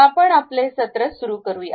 आपण आपले सत्र सुरू करूया